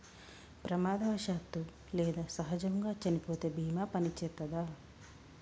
ప్రమాదవశాత్తు లేదా సహజముగా చనిపోతే బీమా పనిచేత్తదా?